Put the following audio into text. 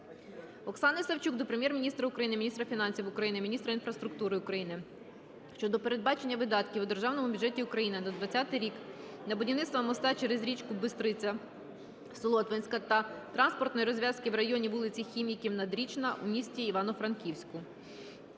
Оксани Савчук до Прем'єр-міністра України, міністра фінансів України, міністра інфраструктури України щодо передбачення видатків у Державному бюджеті України на 2020 рік на будівництво моста через річку Бистриця Солотвинська та транспортної розв'язки в районі вул. Хіміків - Надрічна в місті Івано-Франківську.